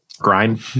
grind